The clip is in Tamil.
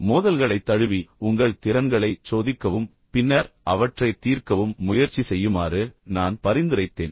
மோதல்களை தழுவி உங்கள் திறன்களைச் சோதிக்கவும் பின்னர் அவற்றைத் தீர்க்கவும் முயற்சி செய்யுமாறு நான் பரிந்துரைத்தேன்